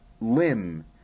limb